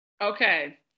Okay